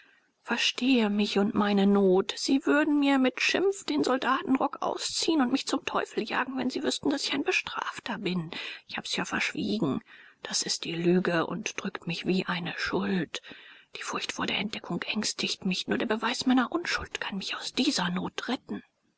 verstehe mich und meine not sie würden mir mit schimpf den soldatenrock ausziehen und mich zum teufel jagen wenn sie wüßten daß ich ein bestrafter bin ich hab's ja verschwiegen das ist die lüge und drückt mich wie eine schuld die furcht vor der entdeckung ängstigt mich nur der beweis meiner unschuld kann mich aus dieser not retten